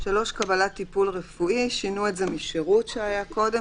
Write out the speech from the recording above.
"(3) קבלת טיפול רפואי," שינו את זה מ"שירות" שהיה קודם.